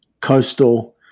coastal